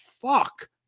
fuck